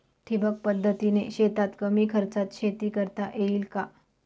ठिबक पद्धतीने शेतात कमी खर्चात शेती करता येईल का?